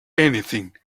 anything